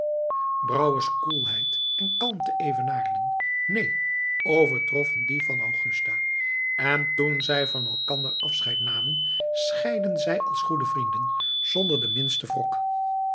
brouwers koelheid en kalmte evenaarden neen overtroffen die van augusta en toen zij van elkander afscheid namen scheidden zij als goede vrienden zonder den minsten wrok